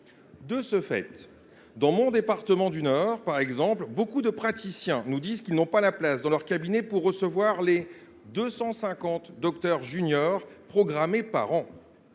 De ce fait, dans mon département, le Nord, beaucoup de praticiens nous disent qu’ils n’ont pas la place dans leur cabinet pour recevoir les 250 docteurs juniors programmés par an.